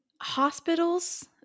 hospitals